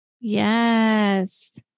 Yes